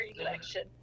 election